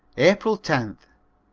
april tenth.